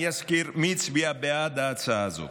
אני אזכיר מי הצביע בעד ההצעה הזאת: